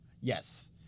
Yes